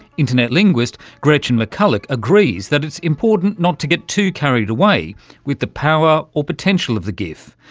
internet linguist gretchen mcculloch agrees that it's important not to get too carried away with the power or potential of the gif,